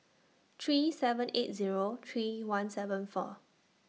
three seven eight Zero three one seven four